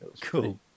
cool